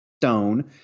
stone